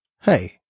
hey